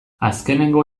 azkenengo